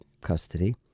custody